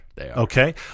Okay